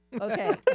Okay